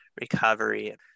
recovery